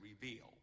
reveal